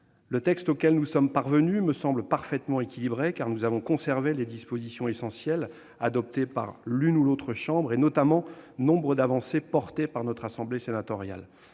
Le texte auquel nous sommes parvenus me semble parfaitement équilibré. Nous avons conservé les dispositions essentielles adoptées par l'une et l'autre chambres, notamment nombre d'avancées défendues par la Haute Assemblée. Je le